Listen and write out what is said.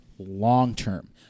long-term